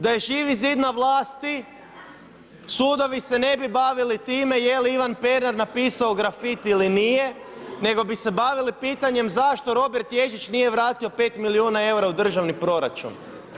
Da je Živi zid na vlasti sudovi se ne bi bavili time jel' Ivan Pernar napisao grafit ili nije, nego bi se bavili pitanjem zašto Robert Ježić nije vratio 5 milijuna eura u državni proračun.